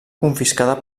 confiscada